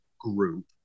group